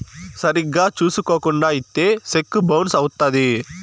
సరిగ్గా చూసుకోకుండా ఇత్తే సెక్కు బౌన్స్ అవుత్తది